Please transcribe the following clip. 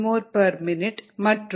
69 mMmin மற்றும் Km 40